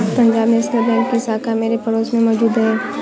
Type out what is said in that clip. Punjab National Bank की शाखा मेरे पड़ोस में मौजूद है